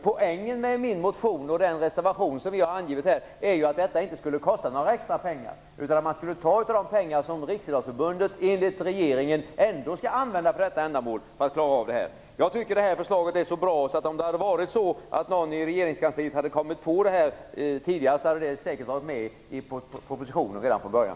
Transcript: Poängen med min motion och den reservation som vi har lämnat är att det inte skulle kosta några extra pengar, utan man skulle ta från de pengar som Riksidrottsförbundet enligt regeringen ändå skall använda för detta ändamål. Jag tycker att det här förslaget är så bra att om någon på regeringskansliet hade kommit på det tidigare, skulle det säkert ha varit med i propositionen från början.